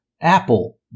Apple